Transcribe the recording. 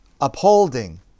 upholding